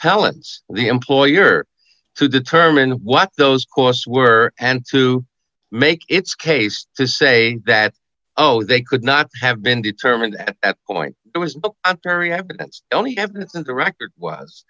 appellant's the employer to determine what those course were and to make its case to say that oh they could not have been determined at that point it was